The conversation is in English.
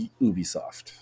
Ubisoft